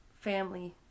family